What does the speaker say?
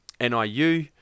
NIU